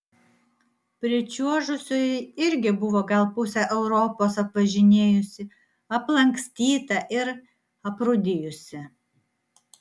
pričiuožusioji irgi buvo gal pusę europos apvažinėjusi aplankstyta ir aprūdijusi